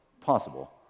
Possible